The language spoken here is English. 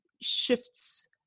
shifts